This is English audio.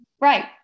right